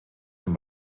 dem